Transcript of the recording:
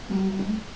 ஆமா:aamaa